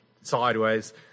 sideways